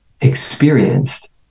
experienced